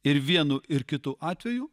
ir vienu ir kitu atveju